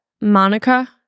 Monica